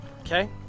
Okay